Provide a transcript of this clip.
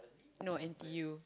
no N_T_U